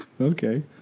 Okay